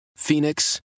Phoenix